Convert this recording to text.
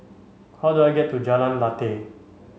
how do I get to Jalan Lateh